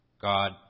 God